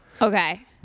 Okay